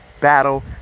battle